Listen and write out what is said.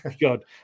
God